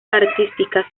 artística